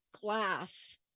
glass